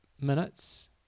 minutes